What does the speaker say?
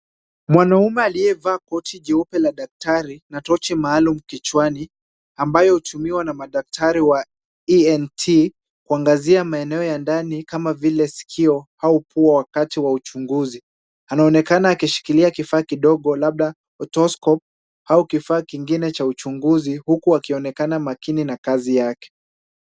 Mwanaume Alie Vaa koti jeupe la daktari, na tochi muhalumu kichwani, ambayo utumiwa na madaktari wa (cs)E.N.T(cs). kuangazia maeneo ya ndani kama vile sikio au pua wakati wa uchunguzi anaonekana akishikilia kifaa kidogo labda (cs)otoscope(cs). au kifaa kingine cha uchunguzi huku akionekana makini na kazi yake.